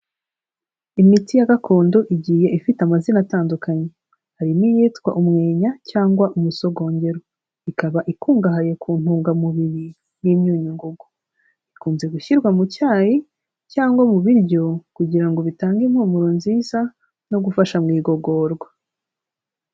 Imiti ya gakondo igiye ifite amazina atandukanye, harimo iyitwa umwenya cyangwa umusogongero, ikaba ikungahaye ku ntungamubiri n'imyunyungugu, ikunze gushyirwa mu cyayi cyangwa mu biryo kugira ngo bitange impumuro nziza no gufasha mu igogorwa.